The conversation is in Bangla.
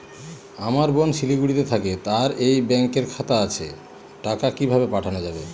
আমার বোন শিলিগুড়িতে থাকে তার এই ব্যঙকের খাতা আছে টাকা কি ভাবে পাঠানো যাবে?